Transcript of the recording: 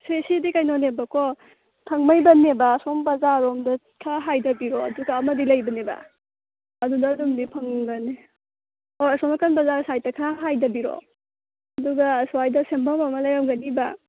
ꯁꯤꯗꯤ ꯀꯩꯅꯣꯅꯦꯕꯀꯣ ꯊꯥꯡꯃꯩꯕꯟꯅꯦꯕ ꯑꯁꯣꯝ ꯕꯖꯥꯔꯔꯣꯝꯗ ꯈꯔ ꯍꯥꯏꯗꯕꯤꯔꯣ ꯑꯗꯨꯒ ꯑꯃꯗꯤ ꯂꯩꯕꯅꯦꯕ ꯑꯗꯨꯗ ꯑꯗꯨꯝꯗꯤ ꯐꯪꯒꯅꯤ ꯑꯣ ꯑꯁꯣꯝ ꯅꯥꯀꯟ ꯕꯖꯥꯔ ꯁꯥꯏꯠꯇ ꯈꯔ ꯍꯥꯏꯗꯕꯤꯔꯣ ꯑꯗꯨꯒ ꯑꯁ꯭ꯋꯥꯏꯗ ꯁꯦꯝꯕꯝ ꯑꯃ ꯂꯩꯔꯝꯒꯅꯤꯕ